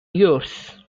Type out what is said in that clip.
years